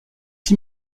six